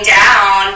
down